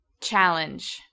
Challenge